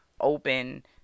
open